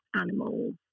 animals